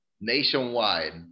nationwide